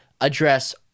address